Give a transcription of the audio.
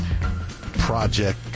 Project